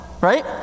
right